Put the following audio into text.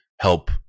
help